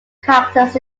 characters